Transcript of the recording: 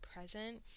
present